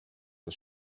das